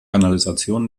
kanalisation